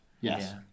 Yes